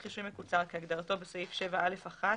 רישוי מקוצר" כהגדרתו בסעיף 7א(4)